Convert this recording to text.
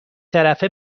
طرفه